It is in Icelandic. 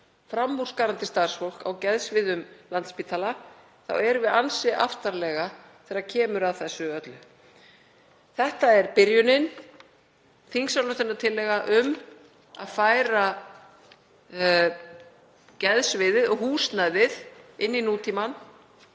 framúrskarandi starfsfólk á geðsviði Landspítala, erum við ansi aftarlega þegar kemur að þessu öllu. Þetta er byrjunin, þingsályktunartillaga um að færa geðsviðið og húsnæðið inn í nútímann